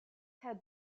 had